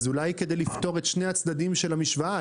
אז אולי כדי לפתור את שני הצדדים של המשוואה,